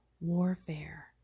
warfare